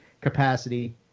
capacity